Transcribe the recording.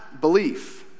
belief